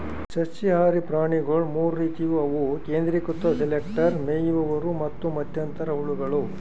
ಸಸ್ಯಹಾರಿ ಪ್ರಾಣಿಗೊಳ್ ಮೂರ್ ರೀತಿವು ಅವು ಕೇಂದ್ರೀಕೃತ ಸೆಲೆಕ್ಟರ್, ಮೇಯುವವರು ಮತ್ತ್ ಮಧ್ಯಂತರ ಹುಳಗಳು